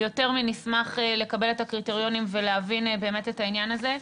יותר מנשמח לקבל את הקריטריונים ולהבין את העניין הזה.